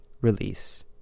release